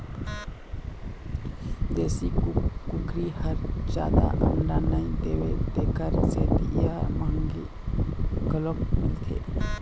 देशी कुकरी ह जादा अंडा नइ देवय तेखर सेती ए ह मंहगी घलोक मिलथे